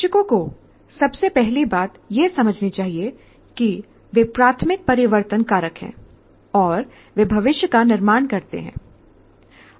शिक्षकों को सबसे पहली बात यह समझनी चाहिए कि वे प्राथमिक परिवर्तन कारक हैं और वे भविष्य का निर्माण करते हैं